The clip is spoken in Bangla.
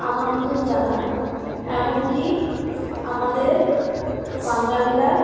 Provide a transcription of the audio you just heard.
আমন্ত্রণ জানায় এমনকি আমাদের বাঙালিরা